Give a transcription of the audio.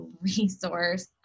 resource